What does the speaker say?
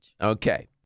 Okay